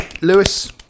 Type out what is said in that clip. Lewis